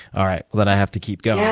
all right. well, then i have to keep going.